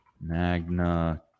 magna